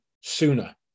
sooner